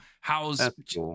how's